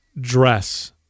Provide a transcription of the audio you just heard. dress